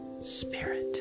Spirit